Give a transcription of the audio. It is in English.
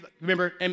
remember